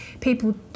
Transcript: people